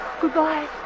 Goodbye